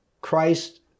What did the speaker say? Christ